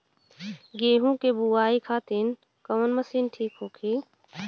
गेहूँ के बुआई खातिन कवन मशीन ठीक होखि?